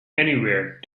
anywhere